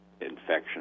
infection